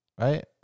Right